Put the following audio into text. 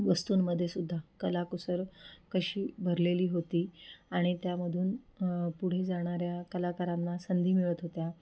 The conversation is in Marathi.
वस्तूंमध्येसुद्धा कलाकुसर कशी भरलेली होती आणि त्यामधून पुढे जाणाऱ्या कलाकारांना संधी मिळत होत्या